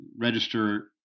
register